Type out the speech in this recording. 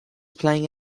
playing